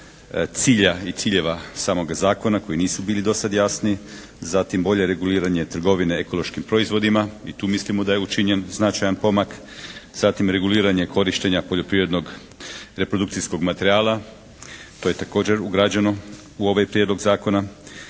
cilja i ciljeva samoga zakona koji nisu bili dosad jasni. Zatim bolje reguliranje trgovine ekološkim proizvodima. I tu mislimo da je učinjen značajan pomak. Zatim reguliranje korištenja poljoprivrednog reprodukcijskog materijala. To je također ugrađeno u ovaj prijedlog zakona.